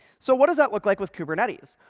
so what does that look like with kubernetes?